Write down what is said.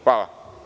Hvala.